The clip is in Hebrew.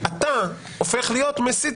לשיטתו של עומר בר לב אתה הופך להיות מסית